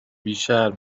بیشرم